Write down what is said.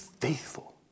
faithful